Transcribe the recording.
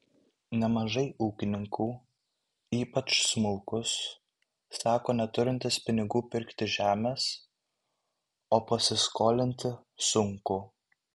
nemažai ūkininkų ypač smulkūs sako neturintys pinigų pirkti žemės o pasiskolinti sunku